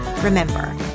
Remember